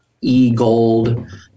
e-gold